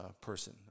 person